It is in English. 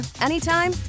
anytime